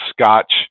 Scotch